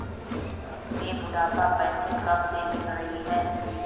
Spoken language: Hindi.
तुम्हें बुढ़ापा पेंशन कब से मिल रही है?